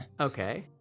Okay